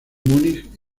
múnich